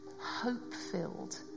hope-filled